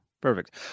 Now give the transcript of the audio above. perfect